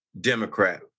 Democrat